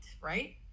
right